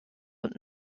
und